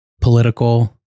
political